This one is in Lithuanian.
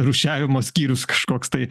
rūšiavimo skyrius kažkoks tai